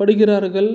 படுகிறார்கள்